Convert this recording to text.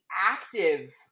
active